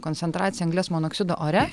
koncentracija anglies monoksido ore